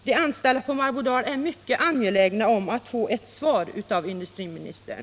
De anställda på Marbodal är mycket angelägna om att få ett svar av industriministern.